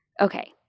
Okay